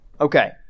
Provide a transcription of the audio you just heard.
Okay